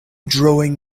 drawing